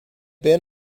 been